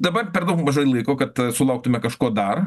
dabar per daug mažai laiko kad sulauktume kažko dar